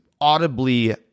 audibly